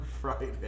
Friday